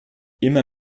immer